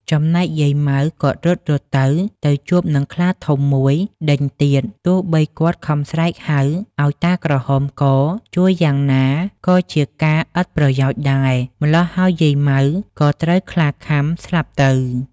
ចំណែកយាយ ម៉ៅ គាត់រត់ៗទៅ ទៅជួបនឹងខ្លាធំមួយដេញទៀត ទោះបីគាត់ខំស្រែកហៅ ឲ្យតាក្រហមកជួយយ៉ាងណា ក៏ជាការឥតប្រយោជន៍ដែរ ម៉្លោះហើយយាយ ម៉ៅ ក៏ត្រូវខ្លាខាំស្លាប់ទៅ ។